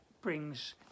brings